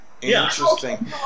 Interesting